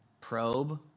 probe